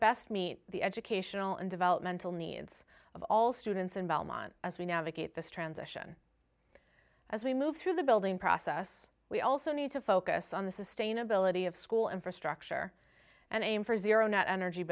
best meet the educational and developmental needs of all students in belmont as we navigate this transition as we move through the building process we also need to focus on the sustainability of school infrastructure and aim for zero net energy